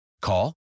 Call